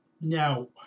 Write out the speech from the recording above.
Now